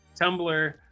Tumblr